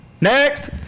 Next